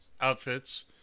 outfits